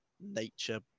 nature